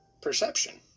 perception